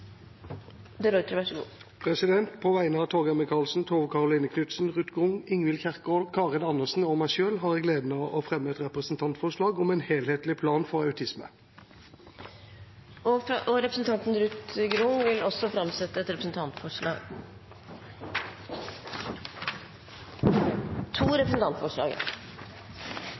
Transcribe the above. På vegne av Torgeir Micaelsen, Tove Karoline Knutsen, Ruth Grung, Ingvild Kjerkol, Karin Andersen og meg selv har jeg gleden av å fremme et representantforslag om en helhetlig plan for autisme. Representanten Ruth Grung vil framsette to representantforslag.